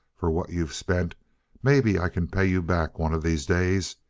for what you've spent maybe i can pay you back one of these days,